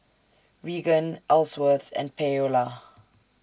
Reagan Elsworth and Paola